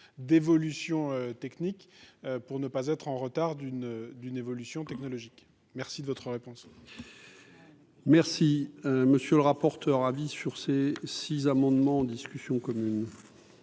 d'évolution technique pour ne pas être en retard d'une d'une évolution technologique, merci de votre réponse. Merci, monsieur le rapporteur, avis sur ces six amendements en discussion.